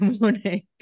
morning